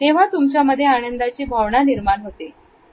तेव्हा तुमच्यामध्ये आनंदाची भावना निर्माण होते